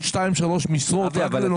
עוד 3-2 משרות רק לנושא הזה.